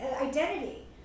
identity